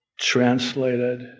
translated